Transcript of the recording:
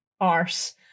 arse